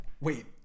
Wait